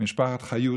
ממשפחת חיות,